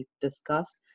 discussed